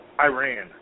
Iran